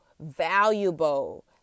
valuable